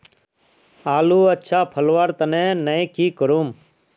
आलूर अच्छा फलवार तने नई की करूम?